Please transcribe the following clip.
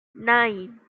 nine